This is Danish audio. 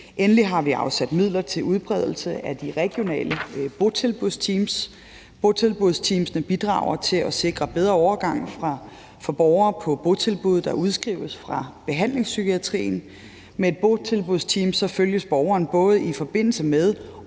Endelig har vi afsat midler til udbredelse af de regionale botilbudsteams. Botilbudsteamene bidrager til at sikre en bedre overgang for borgere på botilbud, der udskrives fra behandlingspsykiatrien. Med et botilbudsteam følges borgeren både i forbindelse med